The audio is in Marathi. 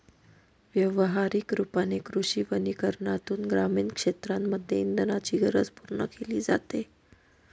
व्यवहारिक रूपाने कृषी वनीकरनातून ग्रामीण क्षेत्रांमध्ये इंधनाची गरज पूर्ण केली जाते